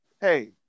Hey